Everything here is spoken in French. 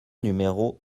numéro